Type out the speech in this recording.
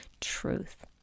truth